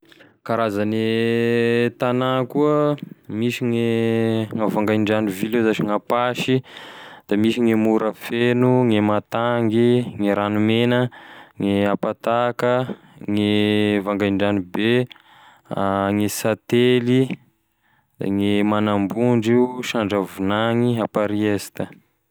Karazane tagna koa, misy gne à Vangaindrano ville io zashy, gn'Ampasy, da misy gne Morafeno, gne Mahatangy, gne Ranomena gne Ampatàka, gne Vangaindrano be gne Siantely, da gne Magnambondro, Sandravinany, Amparihy Est.,